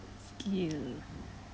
skill